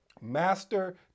master